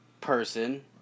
person